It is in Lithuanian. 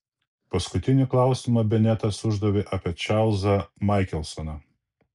paskutinį klausimą benetas uždavė apie čarlzą maikelsoną